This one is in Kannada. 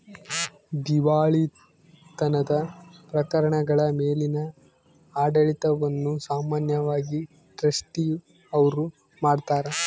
ದಿವಾಳಿತನದ ಪ್ರಕರಣಗಳ ಮೇಲಿನ ಆಡಳಿತವನ್ನು ಸಾಮಾನ್ಯವಾಗಿ ಟ್ರಸ್ಟಿ ಅವ್ರು ಮಾಡ್ತಾರ